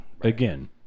Again